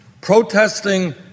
protesting